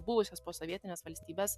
buvusias posovietines valstybes